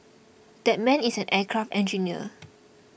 that man is an aircraft engineer